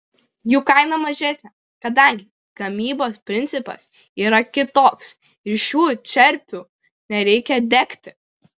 jų kaina mažesnė kadangi gamybos principas yra kitoks ir šių čerpių nereikia degti